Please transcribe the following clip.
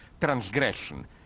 transgression